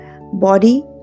body